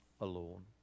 alone